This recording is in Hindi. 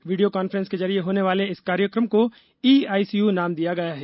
वीडियो कांफ्रेंस के जरिये होने वाले इस कार्यक्रम को ई आईसीयू नाम दिया गया है